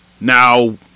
Now